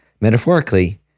Metaphorically